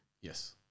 Yes